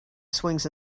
swings